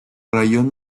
raión